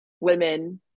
women